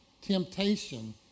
temptation